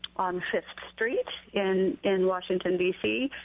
on street in in washington, d c.